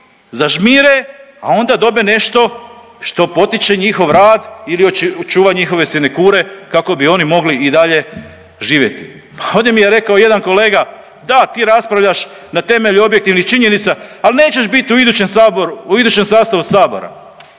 zažmire, a onda dobe nešto što potiče njihov rad ili čuva njihove sinekure kako bi oni mogli i dalje živjeti. Pa ovdje mi je rekao jedan kolega da ti raspravljaš na temelju objektivnih činjenica ali nećeš biti u idućem sastavu sabora.